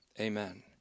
amen